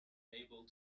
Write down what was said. able